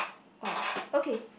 orh okay